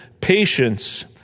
patience